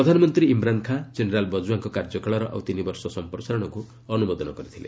ପ୍ରଧାନମନ୍ତ୍ରୀ ଇମ୍ରାନ୍ ଖାଁ ଜେନେରାଲ୍ ବଜୱାଙ୍କ କାର୍ଯ୍ୟକାଳର ଆଉ ତିନିବର୍ଷ ସମ୍ପ୍ରସାରଣକୁ ଅନୁମୋଦନ କରିଥିଲେ